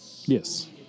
Yes